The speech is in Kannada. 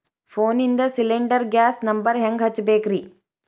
ಫೋನಿಂದ ಸಿಲಿಂಡರ್ ಗ್ಯಾಸ್ ನಂಬರ್ ಹೆಂಗ್ ಹಚ್ಚ ಬೇಕ್ರಿ?